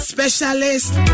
Specialist